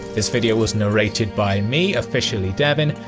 this video was narrated by me officially devin.